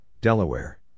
Delaware